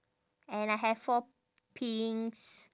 and I have four pinks